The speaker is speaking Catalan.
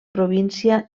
província